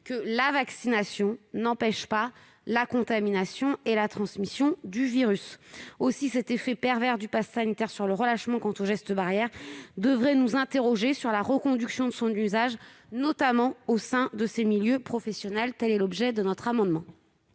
que la vaccination n'empêche pas la contamination et la transmission du virus. Aussi, cet effet pervers du passe sanitaire sur le relâchement des gestes barrières devrait nous conduire à nous interroger sur la reconduction de son usage, notamment au sein de ces milieux professionnels. Tel est l'objet de cet amendement.